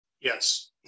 Yes